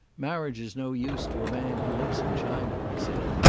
marriage is no use to a man who lives in china, he said.